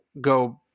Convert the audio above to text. go